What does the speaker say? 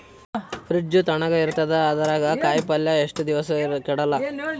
Fridge ತಣಗ ಇರತದ, ಅದರಾಗ ಕಾಯಿಪಲ್ಯ ಎಷ್ಟ ದಿವ್ಸ ಕೆಡಲ್ಲ?